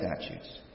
statutes